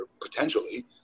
potentially